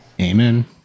Amen